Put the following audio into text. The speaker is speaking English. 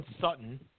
Sutton